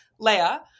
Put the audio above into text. Leia